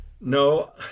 No